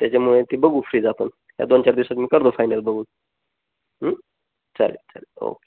त्याच्यामुळे ते बघू फ्रीज आपण या दोन चार दिवसात मी करतो फायनल बघून चालेल चालेल ओके